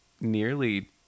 nearly